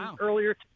earlier